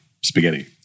spaghetti